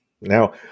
Now